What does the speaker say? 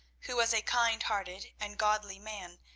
who was a kind-hearted and godly man,